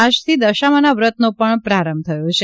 આજથી દશામાના વ્રત નો પણ પ્રારંભ થઈ રહયો છે